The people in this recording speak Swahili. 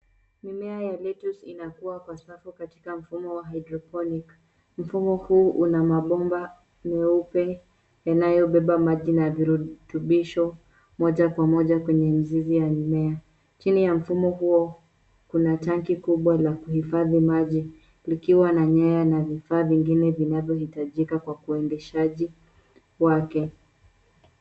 Mimea ya [cs[lettuce inakuwa kwa safu katika mfumo wa hydroponic .Mfumo huu una mabomba meupe yanayobeba maji na virutubisho moja kwa moja kwenye mizizi ya mimea. Chini ya mfumo huo kuna tangi kubwa la kuhifadhi maji likiwa na nyaya na vifaa vingine vinavyohitajika kwa kuendeshaji wake.